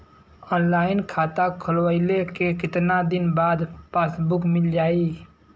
Online खाता खोलवईले के कितना दिन बाद पासबुक मील जाई?